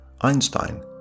Einstein